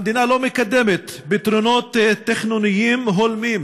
המדינה לא מקדמת פתרונות תכנוניים הולמים